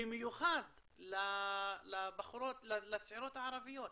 במיוחד לצעירות הערביות.